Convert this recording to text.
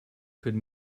could